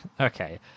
Okay